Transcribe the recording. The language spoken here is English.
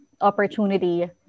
opportunity